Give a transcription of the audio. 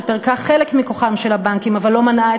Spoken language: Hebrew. שפירקה חלק מכוחם של הבנקים אבל לא מנעה את